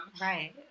right